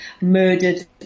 murdered